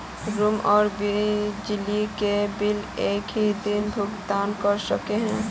Room आर बिजली के बिल एक हि दिन भुगतान कर सके है?